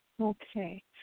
Okay